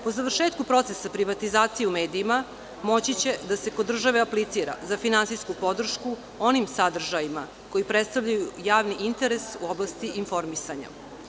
Po završetku procesa privatizacije u medijima moći će da se kod države aplicira za finansijsku podršku onim sadržajima koji predstavljaju javni interes u oblasti informisanja.